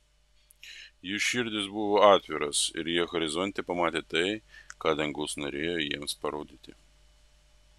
jų širdys buvo atviros ir jie horizonte pamatė tai ką dangus norėjo jiems parodyti